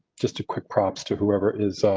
just a quick props to whoever is.